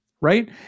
right